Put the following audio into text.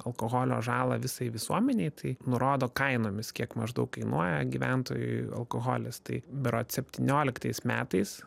alkoholio žalą visai visuomenei tai nurodo kainomis kiek maždaug kainuoja gyventojui alkoholis tai berods septynioliktais metais